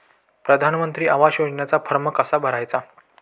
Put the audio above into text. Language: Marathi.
प्रधानमंत्री आवास योजनेचा फॉर्म कसा भरायचा?